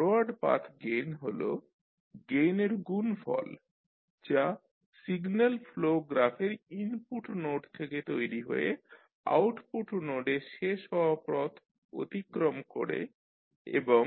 forward path gain হল গেইনের গুণফল যা সিগন্যাল ফ্লো গ্রাফের ইনপুট নোড থেকে তৈরি হয়ে আউটপুট নোডে শেষ হওয়া পথ অতিক্রম করে এবং